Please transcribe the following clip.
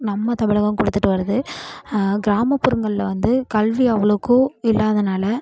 நம்ம தமிழகம் கொடுத்துட்டு வருது கிராமப்புறங்களில் வந்து கல்வி அவ்வளக்கும் இல்லாததுனால